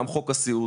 גם חוק הסיעוד,